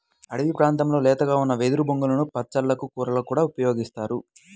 అడివి ప్రాంతాల్లో లేతగా ఉన్న వెదురు బొంగులను పచ్చళ్ళకి, కూరలకి కూడా ఉపయోగిత్తారు